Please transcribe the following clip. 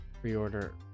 pre-order